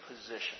position